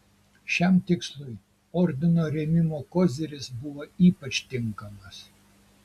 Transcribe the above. šiam tikslui ordino rėmimo koziris buvo ypač tinkamas